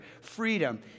freedom